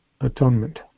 Atonement